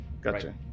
Gotcha